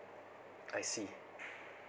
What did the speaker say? I see